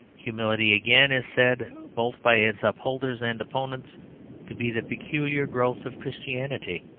humility, again, is said both by its upholders and opponents to be the peculiar growth of christianity.